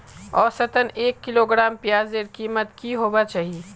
औसतन एक किलोग्राम प्याजेर कीमत की होबे चही?